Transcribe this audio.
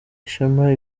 ishema